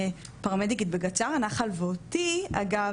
פרמדיקים בגצ"ר נחל -- אגב,